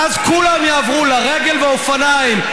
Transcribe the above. ואז כולם יעברו לרגל ואופניים.